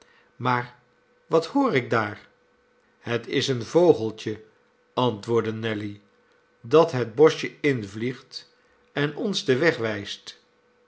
maar wat hoor ik daar het is een vogeltje antwoordde nelly dat het boschje invliegt en ons den